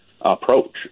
approach